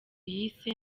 yise